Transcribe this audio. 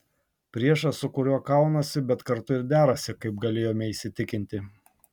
priešas su kuriuo kaunasi bet kartu ir derasi kaip galėjome įsitikinti